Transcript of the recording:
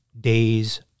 days